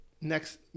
next